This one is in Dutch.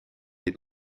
dit